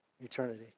eternity